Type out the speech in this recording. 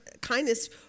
kindness